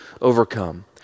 overcome